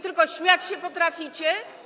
Tylko śmiać się potraficie?